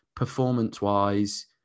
performance-wise